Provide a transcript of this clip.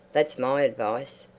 that's my advice.